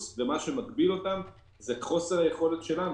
ומה שמגביל אותם זה חוסר היכולת שלנו.